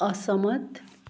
असहमत